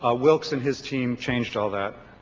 ah wilkes and his team changed all that.